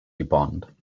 bond